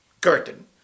curtain